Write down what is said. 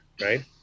right